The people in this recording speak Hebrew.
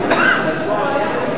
ידידי.